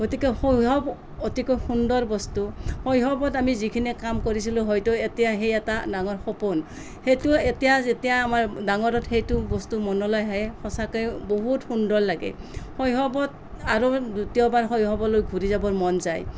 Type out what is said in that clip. গতিকে শৈশৱ অতিকৈ সুন্দৰ বস্তু শৈশৱত আমি যিখিনি কাম কৰিছিলোঁ হয়তো এতিয়া সেই এটা ডাঙৰ সপোন সেইটো এতিয়া যেতিয়া আমাৰ ডাঙৰত সেইটো বস্তু মনলৈ আহে সঁচাকৈ বহুত সুন্দৰ লাগে শৈশৱত আৰু দ্বিতীয়বাৰ শৈশৱলৈ ঘূৰি যাবলৈ মন যায়